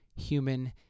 human